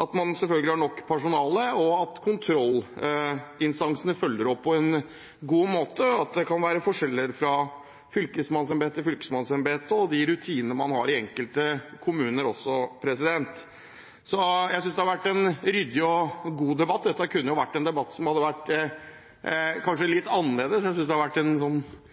at man selvfølgelig har nok personale, og at kontrollinstansene følger opp på en god måte – det kan være forskjeller fra fylkesmannsembete til fylkesmannsembete og de rutinene man har i enkelte kommuner. Jeg synes at det har vært en ryddig og god debatt, dette kunne kanskje ha vært en litt annerledes debatt. Alle er enige om hva vi vil, nemlig å jobbe for å hindre at det